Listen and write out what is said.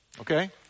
Okay